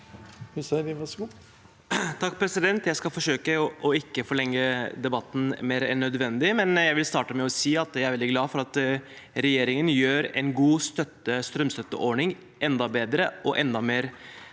(A) Jeg skal forsøke å ikke forlenge debatten mer enn nødvendig. Jeg vil starte med å si at jeg er veldig glad for at regjeringen gjør en god strømstøtteordning enda bedre og enda mer